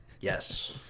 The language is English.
Yes